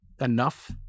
enough